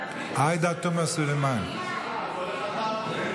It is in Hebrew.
כל הכבוד.